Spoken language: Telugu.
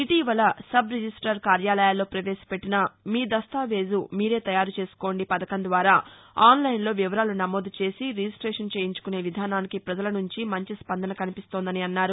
ఇటీవల సబ్ రిజిస్టార్ కార్యాలయాల్లో ప్రవేశపెట్టిన మీ దస్తావేజు మీరే తయారు చేసుకోంది పథకం ద్వారా ఆన్లైన్లో వివరాలు నమోదు చేసి రిజిస్టేషన్ చేయించుకునే విధానానికి ప్రపజల నుంచి మంచి స్పందన కనిపిస్తోందని అన్నారు